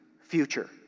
future